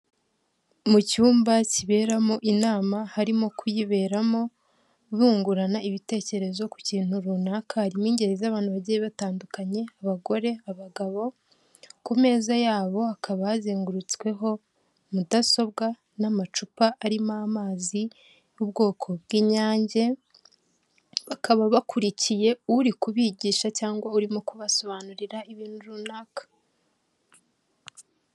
Mu cyumba kiberamo inama harimo kuyiberamo bungurana ibitekerezo ku kintu runaka harimo ingeri z'abantu bagiye batandukanye, abagore, abagabo, ku meza yabo hakaba bazengurutsweho mudasobwa n'amacupa arimo amazi y'ubwoko bw'inyange bakaba bakurikiye uri kubigisha cyangwa urimo kubasobanurira ibintu runaka.